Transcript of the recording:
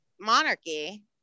monarchy